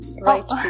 right